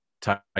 type